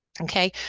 Okay